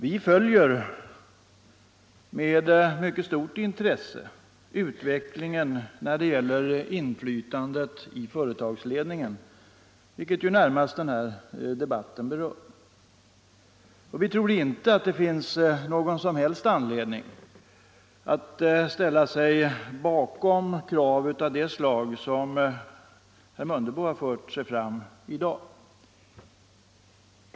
Vi följer med mycket stort intresse utvecklingen när det gäller inflytandet i företagsledningen, vilket den här debatten ju närmast berör. Och vi tror inte att det finns någon som helst anledning att ställa sig bakom krav av det slag som herr Mundebo har fört fram i dag.